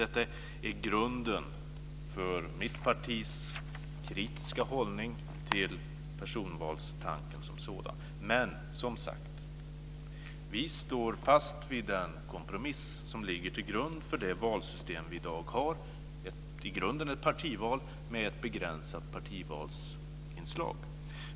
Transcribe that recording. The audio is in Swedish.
Detta är grunden för mitt partis kritiska hållning till personvalstanken som sådan. Vi står fast vid den kompromiss som ligger till grund för det valsystem vi i dag har, i grunden ett partival med ett begränsat personvalsinslag.